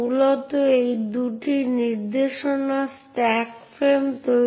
যেহেতু এটি একটি নির্দিষ্ট ব্যবহারকারীর জন্য একটি পাসওয়ার্ড লিঙ্ক তাই এটি একটি ব্যবহারকারীর দ্বারা চালানো উচিত